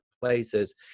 places